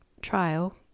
trial